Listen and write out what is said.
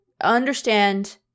understand